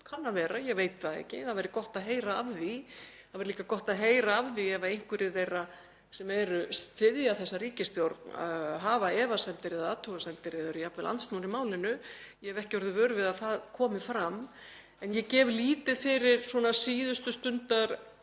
kann að vera, ég veit það ekki, það væri gott að heyra af því. Það væri líka gott að heyra af því ef einhverjir þeirra sem styðja þessa ríkisstjórn hafa efasemdir eða athugasemdir eða eru jafnvel andsnúnir málinu, en ég hef ekki orðið vör við að það hafi komið fram. En ég gef lítið fyrir yfirlýsingar á síðustu stundu